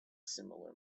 similar